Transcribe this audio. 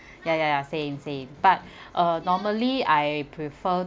ya ya ya same same but uh normally I prefer